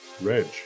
Reg